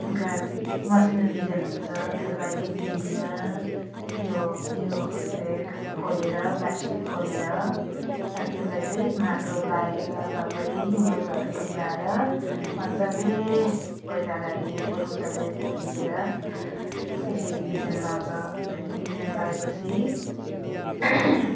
गाछ मसिनो बिजन हुन्छ त्यसलाई पिन्टीमा त्यो यो के अरे खोलेर प्लास्टिक खोलेर त्यसलाई चाहिँ माटो लगाएर दबाई मलहरू मिलाएर मजाले पैतालाले कुर्कुचाले थिचेर त्यसरी बिजन लगाउँछ त्यसरी बिजन लगाए पछि